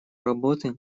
работы